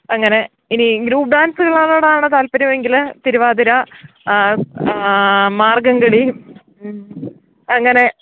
അങ്ങനെ ഇനി ഗ്രൂപ്പ് ഡാൻസുകളോടാണ് താല്പര്യമെങ്കില് തിരുവാതിര മാർഗ്ഗംകളി അങ്ങനെ